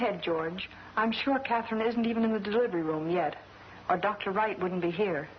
george i'm sure katherine isn't even in the delivery room yet a doctor right wouldn't be here